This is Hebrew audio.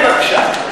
רגע, תן לי בבקשה.